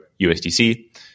USDC